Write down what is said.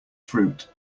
fruit